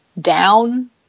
down